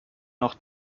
noch